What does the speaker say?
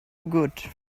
good